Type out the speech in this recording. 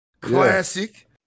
Classic